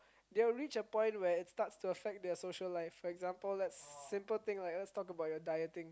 they will reach a point where it starts to affect their social life for example lets simple thing like let's talk about your dieting